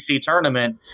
tournament